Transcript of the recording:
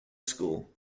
school